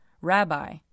Rabbi